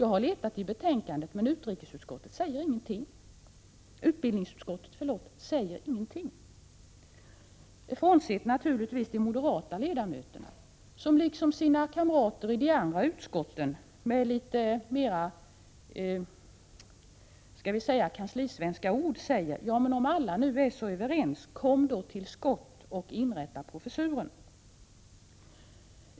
Jag har letat i betänkandet, men utbildningsutskottet säger ingenting — naturligtvis bortsett från de moderata ledamöterna. De moderata ledamöterna, liksom deras kamrater i de andra utskotten, säger med litet kanslisvenska ord: Ja, men om alla nu är så överens, kom då till skott och inrätta professuren!